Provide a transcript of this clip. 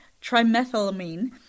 Trimethylamine